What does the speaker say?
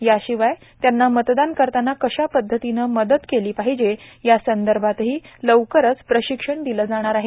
याशिवाय त्यांना मतदान करताना कशा पद्धतीने मदत केली पाहिजे या संदर्भातही लवकरच प्रशिक्षण दिले जाणार आहे